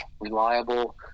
reliable